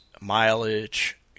mileage